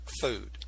food